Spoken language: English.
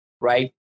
Right